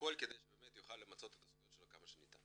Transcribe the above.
הכל כדי שבאמת הוא יוכל למצות את הזכויות שלו כמה שניתן.